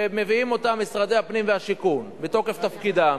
שמביאים אותה משרדי הפנים והשיכון בתוקף תפקידם,